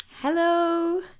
Hello